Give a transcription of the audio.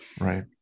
right